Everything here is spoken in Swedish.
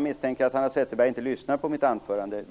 misstänker jag att Hanna Zetterberg inte lyssnade på mitt anförande.